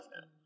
now